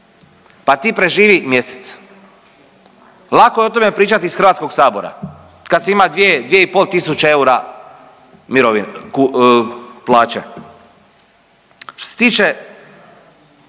Pa ti preživi mjesec. Lako je o tome pričati iz Hrvatskog sabora kad se ima 2-2,5 tisuće eura mirovine, plaće. Što se tiče